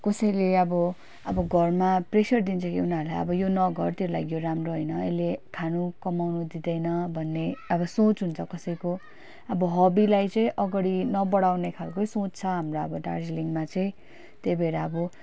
कसैले अब अब घरमा प्रेसर दिन्छ कि उनीहरूलाई अब यो नगर तेरो लागि यो राम्रो होइन यसले खानु कमाउनु दिँदैन भन्ने अब सोच हुन्छ कसैको अब हबीलाई चाहिँ अगाडि नबढाउने खालकै सोच छ हाम्रो अब दार्जिलिङमा चाहिँ त्यही भएर अब